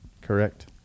correct